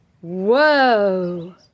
Whoa